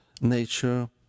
nature